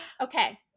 Okay